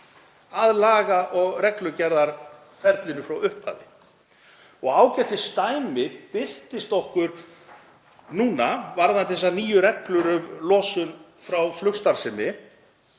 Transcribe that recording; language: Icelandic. að laga- og reglugerðaferlinu frá upphafi. Ágætisdæmi birtist okkur núna varðandi þessar nýju reglur um losun frá flugstarfsemi.